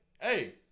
hey